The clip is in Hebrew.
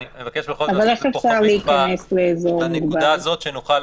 אני אבקש בכל זאת שנשים כוכבית בנקודה הזו כדי שנוכל